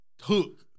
hook